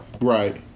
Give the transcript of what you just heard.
Right